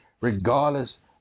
regardless